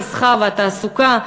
המסחר והתעסוקה,